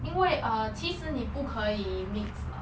因为 err 其实你不可以 mix 的